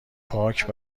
پاک